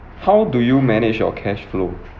how do you manage your cash flow